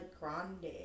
Grande